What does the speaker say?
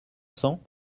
cents